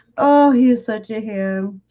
oh, he's such a ham.